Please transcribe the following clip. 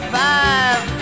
five